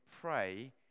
pray